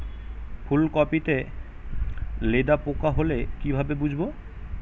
ফুলকপিতে লেদা পোকা হলে কি ভাবে বুঝবো?